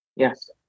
Yes